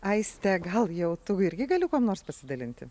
aiste gal jau tu irgi gali kuom nors pasidalinti